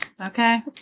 okay